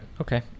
okay